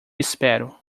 espero